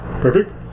Perfect